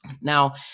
Now